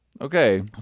okay